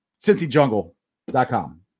CincyJungle.com